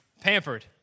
pampered